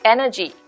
Energy